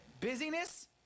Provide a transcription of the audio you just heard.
busyness